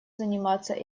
заниматься